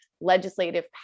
legislative